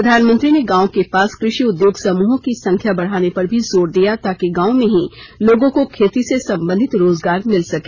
प्रधानमंत्री ने गाँव के पास कृषि उद्योग समूहों की संख्या बढ़ाने पर भी जोर दिया ताकि गाँव में ही लोगों को खेती से संबंधित रोजगार मिल सके